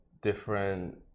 different